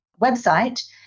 website